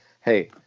hey